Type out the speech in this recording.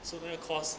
so 那个 cost